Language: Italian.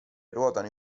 ruotano